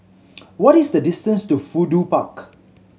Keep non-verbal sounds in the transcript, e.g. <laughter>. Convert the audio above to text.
<noise> what is the distance to Fudu Park